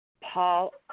Paul